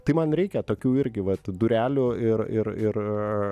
tai man reikia tokių irgi vat durelių ir ir ir